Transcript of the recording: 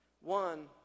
One